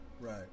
Right